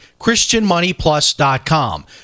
christianmoneyplus.com